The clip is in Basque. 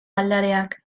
aldareak